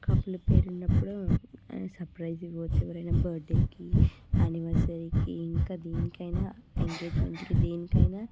couple pair ఉన్నప్పుడు and surprise ఇవ్వచ్చు ఎవరైనా బర్త్డేకి అనివర్సరీకి ఇంకా దేనికైనా ఎంగేజ్మెంట్కి దేనికైనా